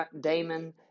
Damon